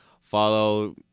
Follow